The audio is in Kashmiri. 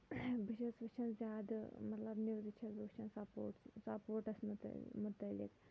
بہٕ چھَس وٕچھان زیادٕ مطلب نِوزٕ چھَس بہٕ وٕچھان سَپوٹٕس سَپوٹَس مُتعلِق